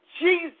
Jesus